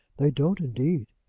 they don't, indeed.